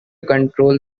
control